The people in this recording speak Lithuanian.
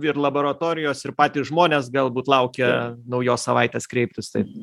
ir laboratorijos ir patys žmonės galbūt laukia naujos savaitės kreiptis taip